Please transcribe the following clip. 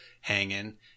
hanging